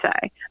say